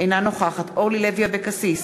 אינה נוכחת אורלי לוי אבקסיס,